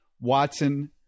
Watson